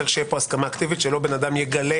צריך שתהיה הסכמה אקטיבית שלא אדם יגלה